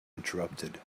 interrupted